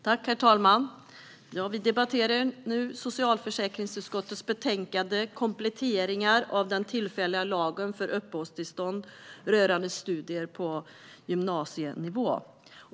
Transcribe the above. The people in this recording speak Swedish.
Herr talman! Vi debatterar nu socialförsäkringsutskottets betänkande Kompletteringar av den tillfälliga lagen för uppehållstillstånd rörande studier på gymnasienivå .